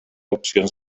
opcions